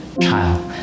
child